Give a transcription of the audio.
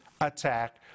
attack